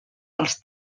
dels